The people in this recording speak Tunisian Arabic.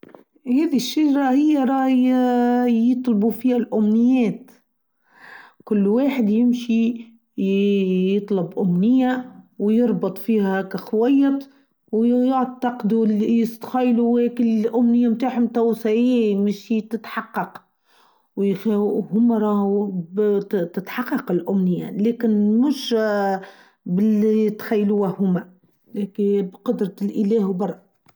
هاذي الشجره هى راي يطلبو فيها الأمنيات كل واحد يمشي يطلب أمنيه و يربط فيها كخويط و يعتقدو إلي يستخايلو واكل الأمنيه تاعهم تاوسيين مش تتحقق و همرا وبتتحقق الأمنيه لاكن مش ااا بإلي يتخيلوها هما هيكي بقدره الإلاه و بر.